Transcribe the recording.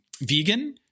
vegan